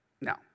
no